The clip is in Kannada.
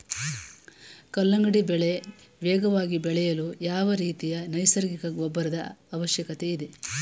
ಕಲ್ಲಂಗಡಿ ಬೆಳೆ ವೇಗವಾಗಿ ಬೆಳೆಯಲು ಯಾವ ರೀತಿಯ ನೈಸರ್ಗಿಕ ಗೊಬ್ಬರದ ಅವಶ್ಯಕತೆ ಇದೆ?